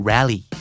Rally